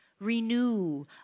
renew